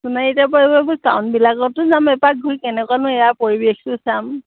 টাউনবিলাকতো যাম এপাক ঘূৰি কেনেকুৱানো ইয়াৰ পৰিৱেশটো চাম